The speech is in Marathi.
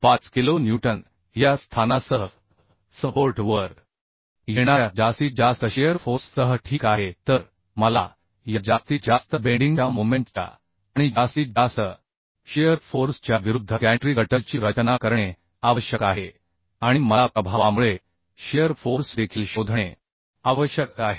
5 किलो न्यूटन या स्थानासह सपोर्ट वर येणाऱ्या जास्तीत जास्त शिअर फोर्स सह ठीक आहे तर मला या जास्तीत जास्त बेंडिंग च्या मोमेंट च्या आणि जास्तीत जास्त शिअर फोर्स च्या विरुद्ध गॅन्ट्री गटरची रचना करणे आवश्यक आहे आणि मला प्रभावामुळे शिअर फोर्स देखील शोधणे आवश्यक आहे